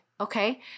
okay